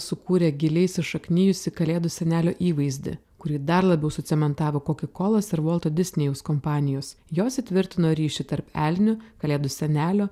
sukūrė giliai įsišaknijusį kalėdų senelio įvaizdį kuri dar labiau sucementavo kokakolos ir volto disnėjaus kompanijos jos įtvirtino ryšį tarp elnių kalėdų senelio